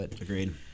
Agreed